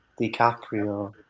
DiCaprio